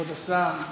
כבוד השר,